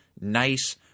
nice